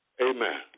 Amen